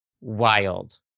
wild